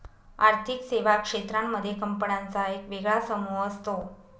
आर्थिक सेवा क्षेत्रांमध्ये कंपन्यांचा एक वेगळा समूह असतो